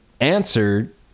Answered